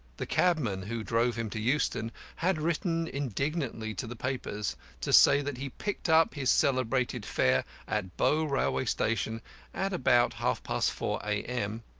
the cabman who drove him to euston had written indignantly to the papers to say that he picked up his celebrated fare at bow railway station at about half-past four a m,